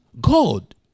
God